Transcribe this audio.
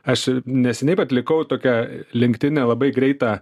aš neseniai atlikau tokią lenktinę labai greitą